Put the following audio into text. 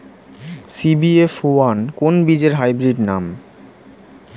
CBF one কোন বীজের hybrid নাম?